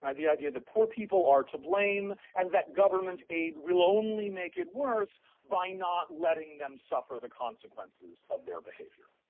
the idea that poor people are to blame and that government aid will only make it worse by not letting them suffer the consequences of their behavior.